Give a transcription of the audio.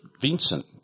Vincent